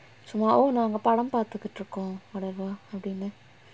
சும்மாவும் நாங்க படம் பாத்துட்டு இருக்கோம்:summavum naanga padam pathuttu irukkom whatever அப்டினு:apdinu